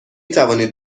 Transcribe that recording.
توانید